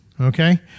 Okay